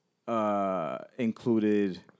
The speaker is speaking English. Included